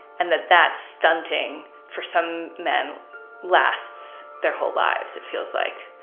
and that that stunting for some men lasts their whole lives, it feels like.